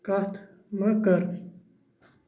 کتھ مہ کر